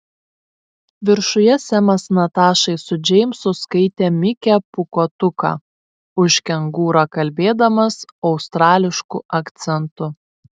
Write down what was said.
viršuje semas natašai su džeimsu skaitė mikę pūkuotuką už kengūrą kalbėdamas australišku akcentu